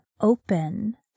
open